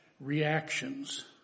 reactions